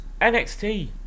NXT